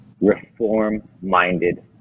reform-minded